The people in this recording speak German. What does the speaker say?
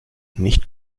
nicht